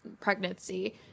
pregnancy